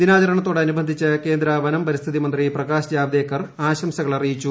ദിനാചരണത്തോടനുബന്ധിച്ച് കേന്ദ്ര വനം പരിസ്ഥിതി മന്ത്രി പ്രകാശ് ജാവദേക്കർ ആശംസകൾ അറിയിച്ചു